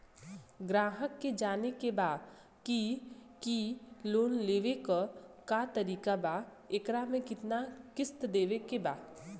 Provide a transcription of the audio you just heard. ग्राहक के जाने के बा की की लोन लेवे क का तरीका बा एकरा में कितना किस्त देवे के बा?